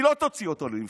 היא לא תוציא אותו לנבצרות,